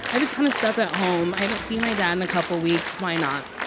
have a ton of stuff at home. i haven't seen my dad in a couple weeks. why not?